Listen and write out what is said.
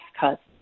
cuts